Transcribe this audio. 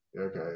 okay